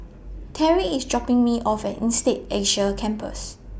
Terri IS dropping Me off At Insead Asia Campus